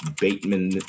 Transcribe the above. Bateman